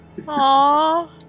Aww